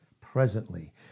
presently